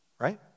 Right